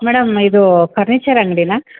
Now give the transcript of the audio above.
madam ಇದು furniture ಅಂಗಡಿನಾ